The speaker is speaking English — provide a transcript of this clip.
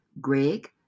Greg